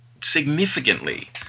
significantly